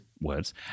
words